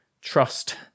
trust